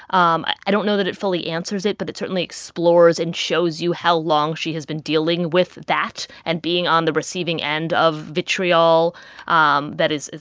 um i don't know that it fully answers it. but it certainly explores and shows you how long she has been dealing with that and being on the receiving end of vitriol um that is,